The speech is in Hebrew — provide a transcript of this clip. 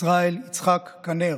ישראל יצחק קנר,